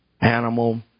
animal